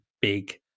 big